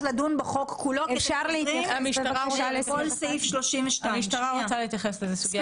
לדון בחוק כולו ולהתייחס לכל סעיף 32. המשטרה רוצה להתייחס לסעיף (1).